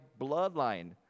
bloodline